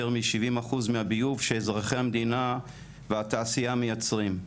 מ-70% מהביוב שאזרחי המדינה והתעשייה מייצרים.